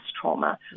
trauma